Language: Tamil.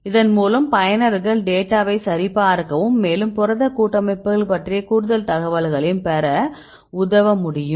இதன்மூலம் பயனர்கள் டேட்டாவை சரிபார்க்கவும் மேலும் புரத கூட்டமைப்புகள் பற்றிய கூடுதல் தகவல்களைப் பெறவும் உதவ முடியும்